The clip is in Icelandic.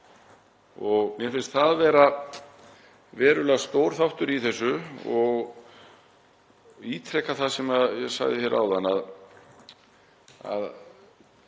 Mér finnst það vera verulega stór þáttur í þessu og ítreka það sem ég sagði áðan, að